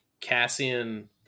Cassian